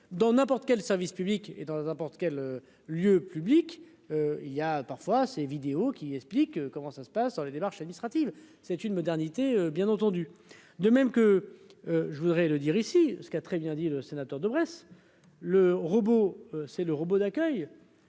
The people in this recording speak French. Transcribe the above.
dans n'importe quel service public. Et dans nos importe quel lieu public il y a parfois ses vidéos qui explique comment ça se passe dans les démarches administratives. C'est une modernité bien entendu, de même que je voudrais le dire ici ce qu'a très bien dit, le sénateur de Bresse, le robot, c'est le robot d'accueil.